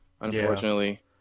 unfortunately